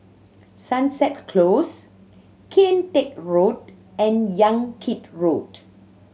Sunset Close Kian Teck Road and Yan Kit Road